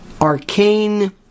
arcane